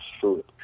food